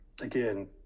again